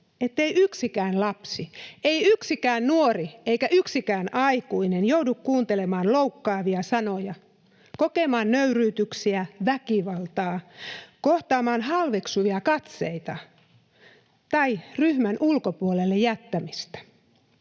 ettei yksikään lapsi, ei yksikään nuori eikä yksikään aikuinen joudu kuuntelemaan loukkaavia sanoja, kokemaan nöyryytyksiä, väkivaltaa, kohtaamaan halveksuvia katseita tai ryhmän ulkopuolelle jättämistä.